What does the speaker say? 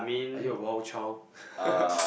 are you a wild child